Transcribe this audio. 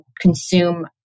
consume